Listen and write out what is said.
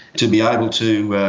to be able to